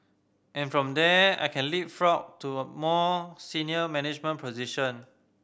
and from there I can leapfrog to a more senior management position